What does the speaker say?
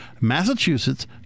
Massachusetts